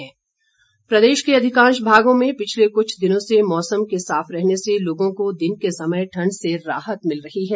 मौसम प्रदेश के अधिकांश भागों में पिछले कुछ दिनों से मौसम के साफ रहने से लोगों को दिन के समय ठण्ड से राहत मिल रही है